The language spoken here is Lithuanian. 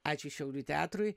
ačiū šiaulių teatrui